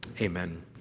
amen